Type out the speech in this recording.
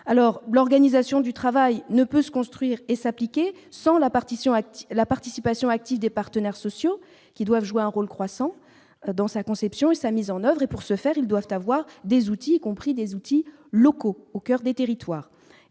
alors l'organisation du travail ne peut se construire et s'appliquer sans la partition active la participation active des partenaires sociaux qui doivent jouer un rôle croissant dans sa conception et sa mise en oeuvre et pour ce faire, ils doivent avoir des outils compris des outils locaux au coeur des territoires